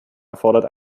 erfordert